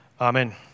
Amen